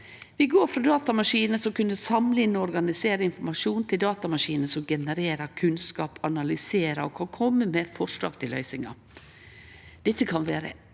Vi går frå datamaskinar som kunne samle inn og organisere informasjon, til datamaskinar som genererer kunnskap, analyserer og kan kome med forslag til løysingar. Dette kan vere